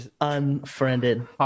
unfriended